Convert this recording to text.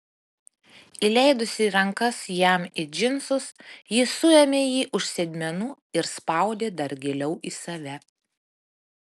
įleidusi rankas jam į džinsus ji suėmė jį už sėdmenų ir spaudė dar giliau į save